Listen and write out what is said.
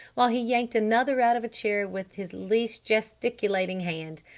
while he yanked another out of a chair with his least gesticulating hand.